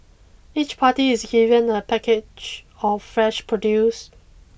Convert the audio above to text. each party is given a package of fresh produce